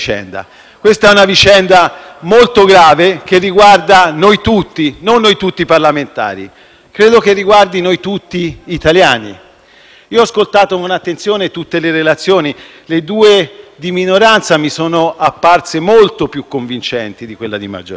credo che riguardi tutti noi italiani. Io ho ascoltato con attenzione tutte le relazioni: le due di minoranza mi sono apparse molto più convincenti di quella di maggioranza. Così come mi sembra che il dibattito all'interno della Giunta abbia avuto